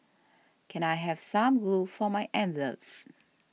can I have some glue for my envelopes